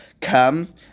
Come